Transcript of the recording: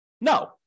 No